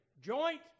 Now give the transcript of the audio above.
joint